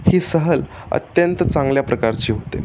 ही सहल अत्यंत चांगल्या प्रकारची होते